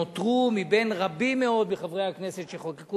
נותרו מבין רבים מאוד מחברי הכנסת שהציעו